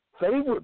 favorite